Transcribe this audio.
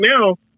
now